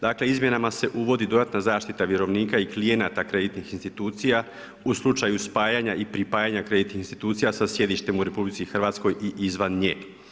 Dakle izmjenama se uvodi dodatna zaštita vjerovnika i klijenata kreditnih institucija u slučaju spajanja i pripajanja kreditnih institucija sa sjedištem u Republici Hrvatskoj i izvan nje.